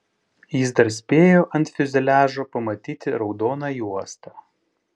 jis dar spėjo ant fiuzeliažo pamatyti raudoną juostą